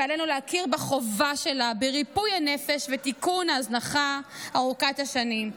ועלינו להכיר בחובה שלה לריפוי הנפש ותיקון ההזנחה ארוכת השנים.